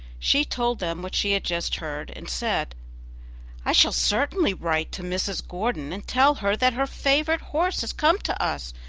she told them what she had just heard, and said i shall certainly write to mrs. gordon, and tell her that her favorite horse has come to us.